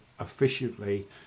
efficiently